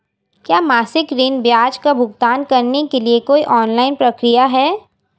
क्या मासिक ऋण ब्याज का भुगतान करने के लिए कोई ऑनलाइन प्रक्रिया है?